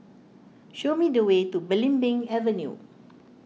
show me the way to Belimbing Avenue